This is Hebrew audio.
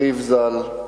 אחיו ז"ל,